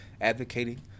advocating